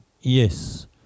Yes